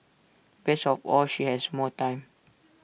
best of all she has more time